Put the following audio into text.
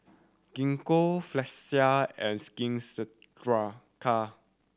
Gingko Floxia and Skin